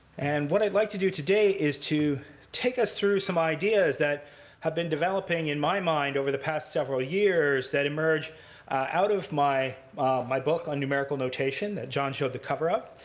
and what i'd like to do today is to take us through some ideas that have been developing in my mind over the past several years that emerge out of my my book on numerical notation that john showed the cover of,